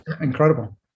incredible